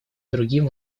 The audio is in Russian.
другим